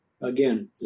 again